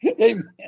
Amen